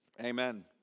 Amen